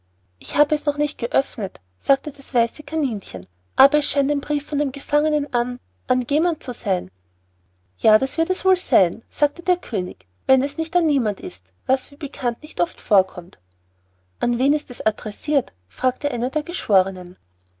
ich habe es noch nicht geöffnet sagte das weiße kaninchen aber es scheint ein brief von dem gefangenen an an jemand zu sein ja das wird es wohl sein sagte der könig wenn es nicht an niemand ist was wie bekannt nicht oft vorkommt an wen ist es adressirt fragte einer der geschwornen